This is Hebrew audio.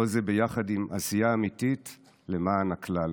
כל זה ביחד עם עשייה אמיתית למען הכלל.